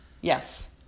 Yes